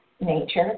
nature